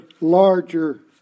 larger